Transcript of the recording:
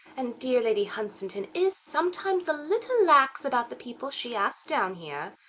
and dear lady hunstanton is sometimes a little lax about the people she asks down here.